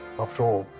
after all,